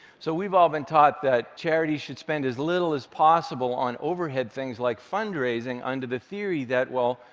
so we've all been taught that charities should spend as little as possible on overhead things like fundraising under the theory that, well,